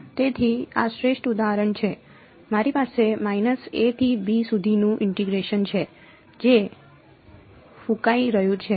તેથી આ શ્રેષ્ઠ ઉદાહરણ છે મારી પાસે માઈનસ a થી b સુધીનું ઇન્ટીગ્રેશન છે જે ફૂંકાઈ રહ્યું છે